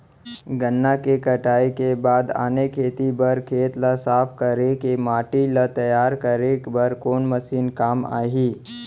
गन्ना के कटाई के बाद आने खेती बर खेत ला साफ कर के माटी ला तैयार करे बर कोन मशीन काम आही?